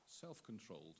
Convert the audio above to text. self-controlled